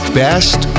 best